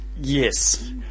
Yes